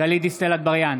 גלית דיסטל אטבריאן,